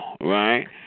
right